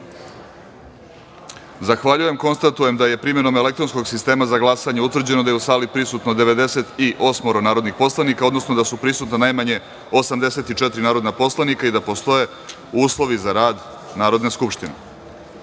jedinice. Zahvaljujem. Konstatujem da je primenom elektronskog sistema za glasanje utvrđeno da je u sali prisutno 98 narodnih poslanika, odnosno da su prisutna najmanje 84 narodna poslanika i da postoje uslovi za rad Narodne skupštine. Da